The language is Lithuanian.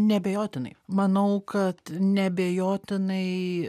neabejotinai manau kad neabejotinai